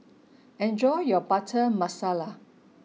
enjoy your Butter Masala